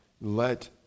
let